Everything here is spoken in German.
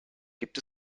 gibt